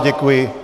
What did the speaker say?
Děkuji.